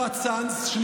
צאנז?